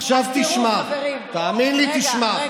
עכשיו תשמע, תאמין לי, תשמע.